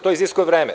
To iziskuje vreme.